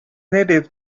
native